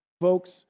Folks